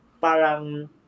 parang